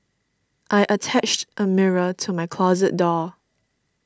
I attached a mirror to my closet door